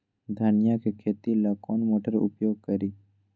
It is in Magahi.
धनिया के खेती ला कौन मोटर उपयोग करी?